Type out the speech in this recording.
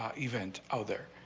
ah event out there.